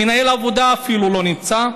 מנהל העבודה אפילו לא נמצא.